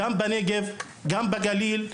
בנגב ובגליל,